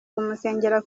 kumusengera